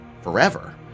forever